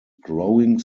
growing